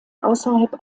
außerhalb